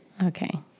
Okay